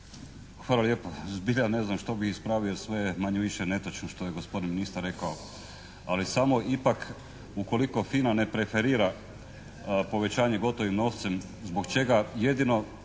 Hvala lijepo. Zbilja ne znam što bih ispravio. Sve je manje-više netočno što je gospodin ministar rekao. Ali samo ipak ukoliko FINA ne preferira povećanje gotovim novcem zbog čega jedino